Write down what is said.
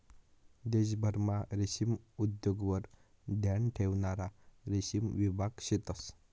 देशभरमा रेशीम उद्योगवर ध्यान ठेवणारा रेशीम विभाग शेतंस